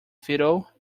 fiddle